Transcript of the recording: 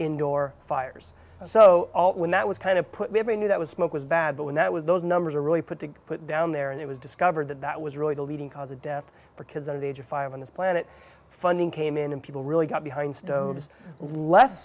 indoor fires so when that was kind of put maybe knew that was smoke was bad but when that would those numbers are really put to put down there and it was discovered that that was really the leading cause of death for kids under the age of five on this planet funding came in and people really got behind stove is less